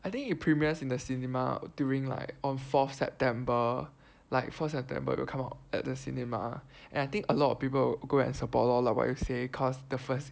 I think it premiers in the cinema during like on fourth September like first September will come out at the cinema and I think a lot of people will go and support lor lah what you say cause the first